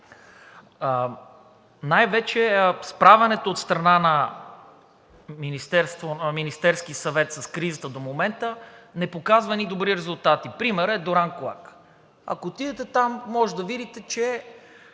Най-вече справянето от страна на Министерския съвет с кризата до момента не показва едни добри резултати. Примерът е Дуранкулак. Ако отидете там, можете да видите, че